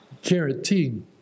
Guaranteed